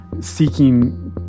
seeking